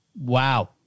Wow